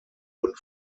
wurden